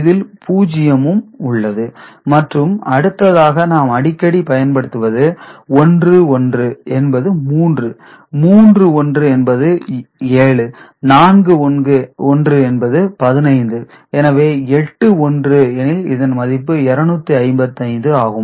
இதில் 0 வும் உள்ளது மற்றும் அடுத்ததாக நாம் அடிக்கடி பயன்படுத்துவது 1 1 என்பது 3 மூன்று 1 என்பது 7 நான்கு 1 என்பது 15 எனவே எட்டு 1 எனில் இதன் மதிப்பு 255 ஆகும்